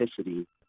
authenticity